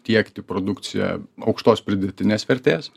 tiekti produkciją aukštos pridėtinės vertės